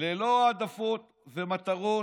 ללא העדפות ומטרות,